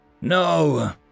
No